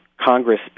Congress